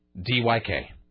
D-Y-K